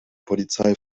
polizei